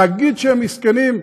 להגיד שהם מסכנים,